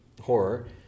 horror